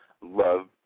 love